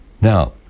Now